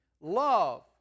Love